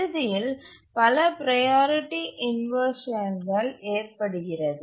இறுதியில் பல ப்ரையாரிட்டி இன்வர்ஷன்கள் ஏற்படுகிறது